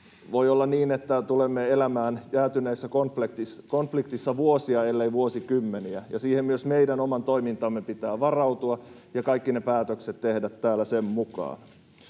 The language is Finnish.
Voi olla niin, että tulemme elämään jäätyneessä konfliktissa vuosia ellei vuosikymmeniä, ja siihen myös meidän pitää varautua omassa toiminnassamme ja kaikki ne päätökset tehdä täällä sen mukaan.